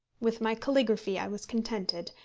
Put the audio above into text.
with my caligraphy i was contented,